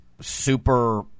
super